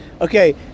Okay